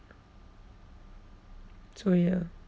so ya